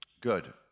Good